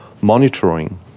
monitoring